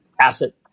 asset